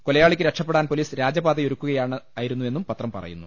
കൊലയാളിക്ക് രക്ഷപ്പെടാൻ പൊലീസ് രാജപാതയൊരുക്കുകയായിരുന്നുവെന്ന് പത്രം പറയുന്നു